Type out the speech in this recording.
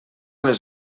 les